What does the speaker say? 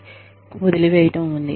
మరియు వదిలివేయటం వుంది